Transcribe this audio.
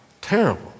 Terrible